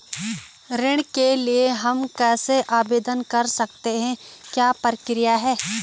ऋण के लिए हम कैसे आवेदन कर सकते हैं क्या प्रक्रिया है?